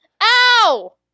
Ow